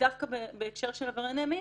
שדווקא בהקשר של עברייני מין